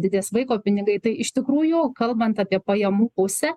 didės vaiko pinigai tai iš tikrųjų kalbant apie pajamų pusę